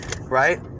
right